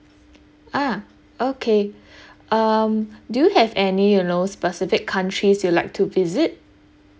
ah okay um do you have any you know specific countries you'd like to visit